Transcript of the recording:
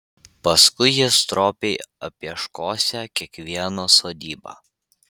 paskui jie stropiai apieškosią kiekvieną sodybą